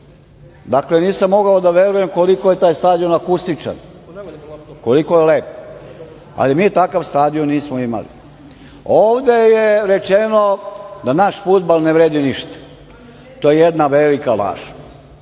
nisam mogao da verujem koliko je taj stadion akustičan, koliko je lep, ali mi takav stadion nismo imali. Ovde je rečeno da naš fudbal ne vredi ništa. To je jedna velika laž.